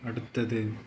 அடுத்தது